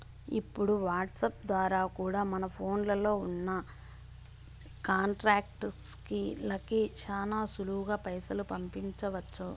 ఇప్పుడు వాట్సాప్ ద్వారా కూడా మన ఫోన్లో ఉన్నా కాంటాక్ట్స్ లకి శానా సులువుగా పైసలు పంపించొచ్చు